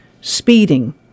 speeding